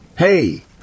Hey